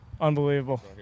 Unbelievable